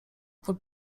pod